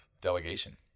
delegation